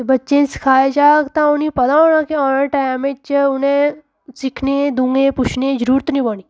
ते बच्चें गी सखाया जाह्ग तां उ'नेंगी पता होना कि आने आह्ले टैम च उ'नें सिक्खने गी दुएं गी पुच्छने गी जरूरत नी पौनी